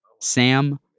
Sam